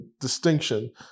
distinction